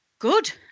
good